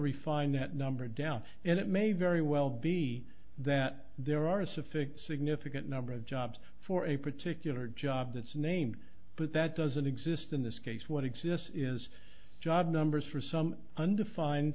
refine that number down and it may very well be that there are a sufficient significant number of jobs for a particular job that's named but that doesn't exist in this case what exists is job numbers for some undefined